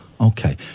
Okay